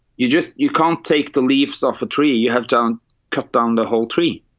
you just you can't take the leaves off a tree you have down cut down the whole tree.